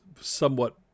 somewhat